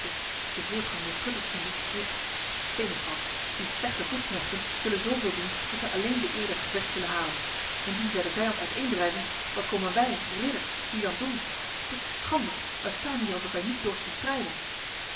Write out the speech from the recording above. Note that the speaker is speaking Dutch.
de voortgang der schutters ziende riep seneschalk die slechte voetknechten zullen zoveel doen dat zij alleen de eer des gevechts zullen halen indien zij de vijand uiteendrijven wat komen wij ridders hier dan doen dit is schande wij staan hier alsof wij niet dorsten strijden